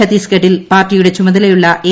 ഛത്തീസ്ഗഡിൽ പാർട്ടിയുടെ ചുമതലയുള്ള എ